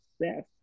yes